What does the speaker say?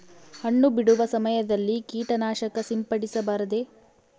ಹಣ್ಣು ಬಿಡುವ ಸಮಯದಲ್ಲಿ ಕೇಟನಾಶಕ ಸಿಂಪಡಿಸಬಾರದೆ?